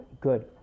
good